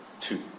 two